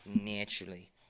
naturally